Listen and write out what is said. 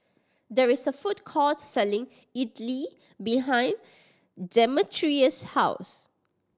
there is a food court selling Idili behind Demetrius' house